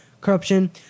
corruption